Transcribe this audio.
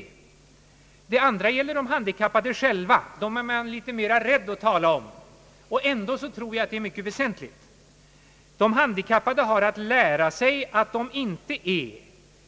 Problemet omfattar dock även de handikappade själva. Dem är man litet mera rädd att tala om. Ändå tror jag det är en mycket väsentlig sak. De handikappade har att lära sig att de inte är